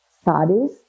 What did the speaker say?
studies